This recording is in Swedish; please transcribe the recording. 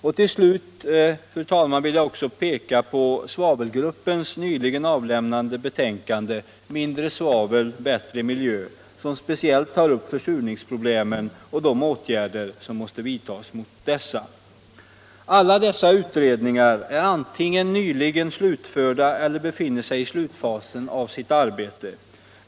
Och till slut, fru talman, vill jag också peka på svavelgruppens nyligen avlämnade betänkande Mindre svavel — bättre miljö, som speciellt tar upp försurningsproblemen och de åtgärder som måste vidtas mot dessa. Alla dessa utredningar är antingen nyligen slutförda eller befinner sig i slutfasen av sitt arbete.